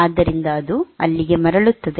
ಆದ್ದರಿಂದ ಅದು ಅಲ್ಲಿಗೆ ಮರಳುತ್ತದೆ